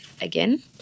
again